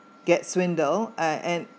get swindle and and